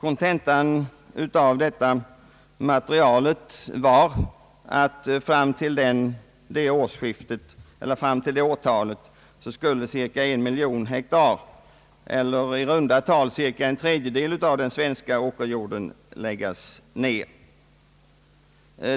Kontentan av materialet var att fram till 1980 skulle cirka en miljon hektar el ler i runt tal cirka en tredjedel av den svenska åkerjorden tas ur produktion.